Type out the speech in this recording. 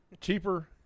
cheaper